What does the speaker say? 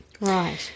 Right